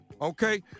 okay